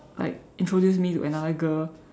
like introduce me to another girl